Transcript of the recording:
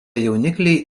jaunikliai